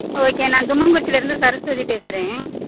okay நான் தும்மங்குறிச்சிலேருந்து சரஸ்வதி பேசுகிறேன்